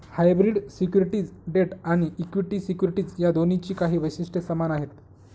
hybrid securities debt आणि equity securities या दोन्हींची काही वैशिष्ट्ये समान आहेत